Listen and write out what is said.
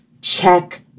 check